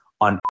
on